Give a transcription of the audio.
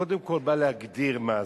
קודם כול הוא בא להגדיר מה זה.